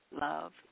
love